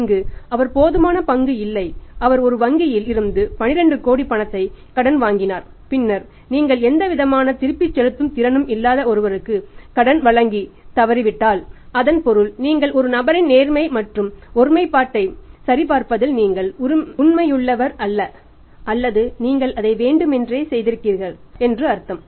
இங்கு அவர் போதுமான பங்கு இல்லை அவர் ஒரு வங்கியில் இருந்து 12000 கோடி பணத்தை கடன் வாங்கினார் பின்னர் நீங்கள் எந்தவிதமான திருப்பிச் செலுத்தும் திறனும் இல்லாத ஒருவருக்கு கடன் வழங்கி தவறவிட்டால் அதன் பொருள் நீங்கள் ஒரு நபரின் நேர்மை மற்றும் ஒருமைப்பாட்டை சரிபார்ப்பதில் நீங்கள் உண்மையுள்ளவர் அல்ல அல்லது நீங்கள் அதை வேண்டுமென்றே செய்கிறீர்கள் என்று அர்த்தம்